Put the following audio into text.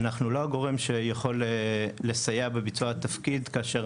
אנחנו לא הגורם שיכול לסייע בביצוע התפקיד כאשר